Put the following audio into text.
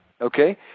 okay